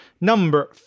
number